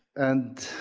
and,